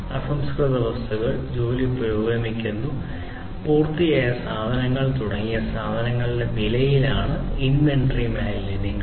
അസംസ്കൃത വസ്തുക്കൾ ജോലി പുരോഗമിക്കുന്നു പൂർത്തിയായ സാധനങ്ങൾ തുടങ്ങിയ സാധനങ്ങളുടെ വിലയാണ് ഇൻവെന്ററി മാലിന്യങ്ങൾ